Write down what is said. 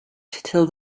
till